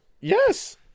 Yes